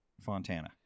fontana